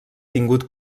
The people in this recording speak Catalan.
tingut